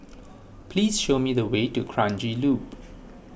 please show me the way to Kranji Loop